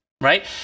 Right